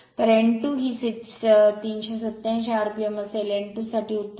तर n २ ही 387 rpm असेल हे n २ साठी उत्तर आहे